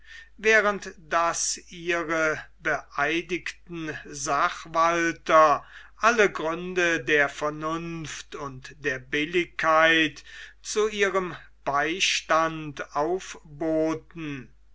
während daß ihre beeidigten sachwalter alle gründe der vernunft und der billigkeit zu ihrem beistand aufboten